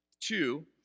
Two